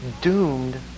doomed